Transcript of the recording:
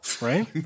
right